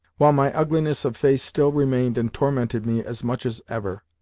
while my ugliness of face still remained and tormented me as much as ever.